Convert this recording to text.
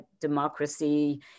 democracy